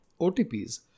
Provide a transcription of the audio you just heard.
OTPs